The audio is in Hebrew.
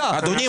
אדוני,